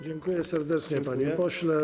Dziękuję serdecznie, panie pośle.